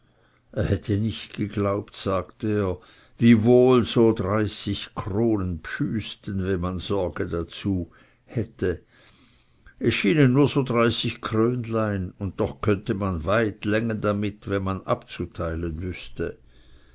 er hätte nicht geglaubt sagte er wie wohl so dreißig kronen bschüßten wenn man sorg dazu hätte es schienen nur so dreißig krönlein und doch könnte man weit längen damit wenn man abzuteilen wüßte